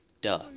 Duh